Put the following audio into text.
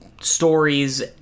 stories